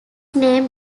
name